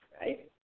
right